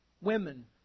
Women